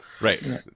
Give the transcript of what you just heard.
Right